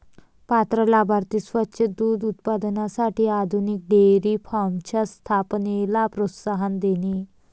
पात्र लाभार्थी स्वच्छ दूध उत्पादनासाठी आधुनिक डेअरी फार्मच्या स्थापनेला प्रोत्साहन देणे